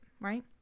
right